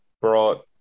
brought